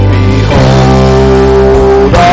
Behold